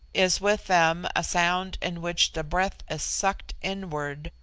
is with them a sound in which the breath is sucked inward,